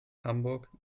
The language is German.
hamburg